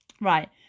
right